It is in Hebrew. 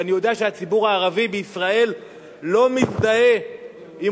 ואני יודע שהציבור הערבי בישראל לא מזדהה עם